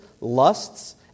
lusts